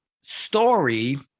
story